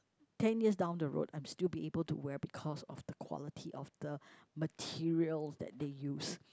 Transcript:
ten years down the road I'm still be able to wear because of the quality of the materials that they use